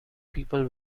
people